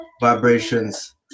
vibrations